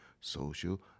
social